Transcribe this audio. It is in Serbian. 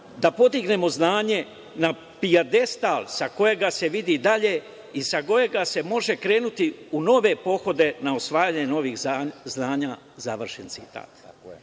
da podignemo znanje na pijedestal sa kojeg se vidi dalje i sa kojeg se može krenuti u nove pohode na osvajanje novih znanja“, završen citat.